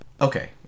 Okay